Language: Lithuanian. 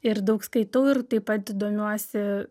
ir daug skaitau ir taip pat domiuosi